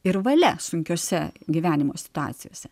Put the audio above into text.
ir valia sunkiose gyvenimo situacijose